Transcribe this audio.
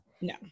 No